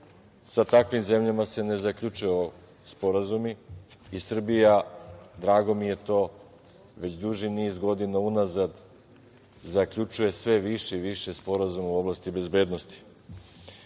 Sa takvim zemljama se ne zaključuju sporazumi i Srbija, drago mi je to, već duži niz godina unazad, zaključuje sve više i više sporazuma u oblasti bezbednosti. Tu,